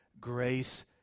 grace